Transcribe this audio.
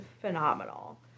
phenomenal